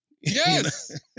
Yes